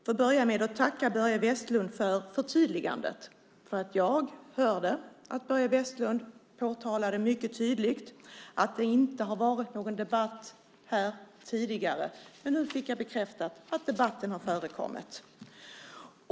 Fru talman! Låt mig börja med att tacka Börje Vestlund för förtydligandet. Jag hörde att Börje Vestlund mycket tydligt påtalade att det inte har varit någon debatt här tidigare, men nu fick jag bekräftat att debatten har förekommit.